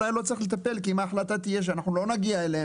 אולי לא צריך לטפל כי אם ההחלטה תהיה שלא נגיע אליהם